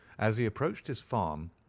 as he approached his farm,